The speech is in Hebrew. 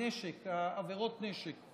חוק הנשק, עבירות נשק.